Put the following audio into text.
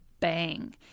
Bang